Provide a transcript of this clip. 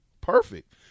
perfect